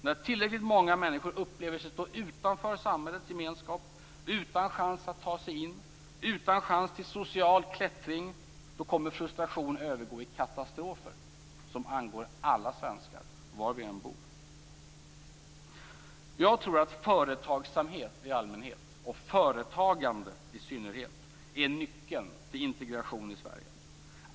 När tillräckligt många människor upplever sig stå utanför samhällets gemenskap, utan chans att ta sig in, utan chans till social klättring kommer frustration att övergå i katastrofer som angår alla svenskar var vi än bor. Jag tror att företagsamhet i allmänhet och företagande i synnerhet är nyckeln till integration i Sverige.